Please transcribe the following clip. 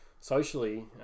socially